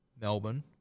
Melbourne